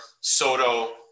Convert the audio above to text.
Soto